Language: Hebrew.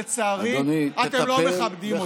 לצערי, אתם לא מכבדים אותו.